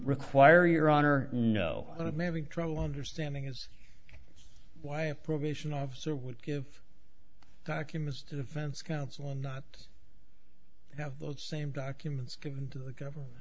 require your honor no but i'm having trouble understanding is why a probation officer would give documents to defense counsel and not have those same documents given to the government